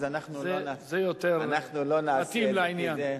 אז אנחנו לא נעשה את זה,